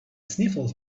sniffles